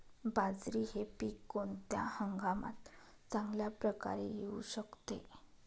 बाजरी हे पीक कोणत्या हंगामात चांगल्या प्रकारे येऊ शकते?